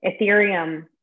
Ethereum